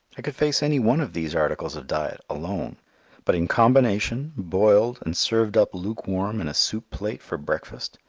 i could face any one of these articles of diet alone but in combination, boiled, and served up lukewarm in a soup plate for breakfast,